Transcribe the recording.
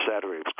Saturday